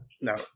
No